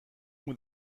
with